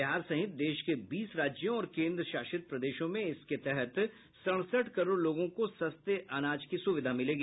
बिहार सहित देश के बीस राज्यों और केन्द्र शासित प्रदेशों में इसके तहत सड़सठ करोड़ लोगों को सस्ते अनाज की सुविधा मिलेगी